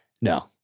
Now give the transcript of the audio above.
No